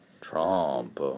Trump